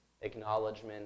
acknowledgement